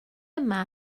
yma